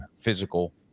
physical